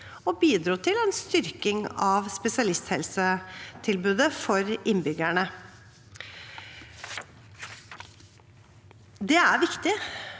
og bidro til en styrking av spesialisthelsetilbudet for innbyggerne. Det er viktig,